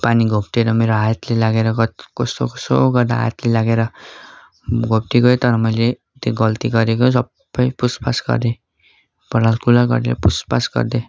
त्यो पानी घोप्टेर मेरो हातले लागेर कसो कसो गर्दा हातले लागेर घोप्टिगयो तर मैले त्यो गल्ती गरेको सबै पुसपास गर्दे बडालकुराल गरेर पुसपाास गर्दे